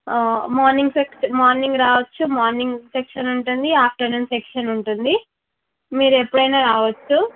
morning section morning రావచ్చు morning section ఉంటుంది afternoon section ఉంటుంది మీరు ఎప్పుడైనా రావచ్చు